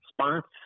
spots